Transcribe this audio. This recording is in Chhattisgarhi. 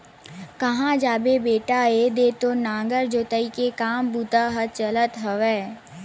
काँहा जाबे बेटा ऐदे तो नांगर जोतई के काम बूता ह चलत हवय